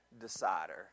decider